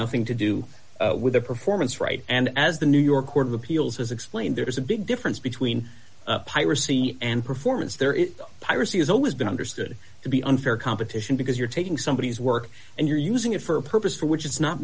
nothing to do with their performance right and as the new york court of appeals has explained there's a big difference between piracy and performance there is piracy has always been understood to be unfair competition because you're taking somebodies work and you're using it for a purpose for which it's not